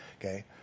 Okay